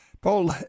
Paul